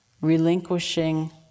relinquishing